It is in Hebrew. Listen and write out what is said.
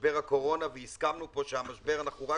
משבר הקורונה, והסכמנו פה שאנחנו רק